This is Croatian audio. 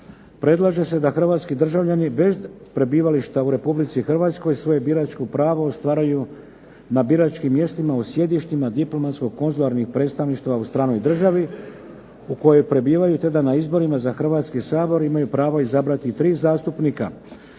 Predlaže se da Hrvatski državljani bez prebivališta u Republici Hrvatskoj svoje biračko pravo ostvaruju na biračkim mjestima u sjedištima diplomatsko-konzularnih predstavništva u stranoj državi u kojoj prebivaju te da na izborima za Hrvatski sabor imaju pravo izabrati tri zastupnika.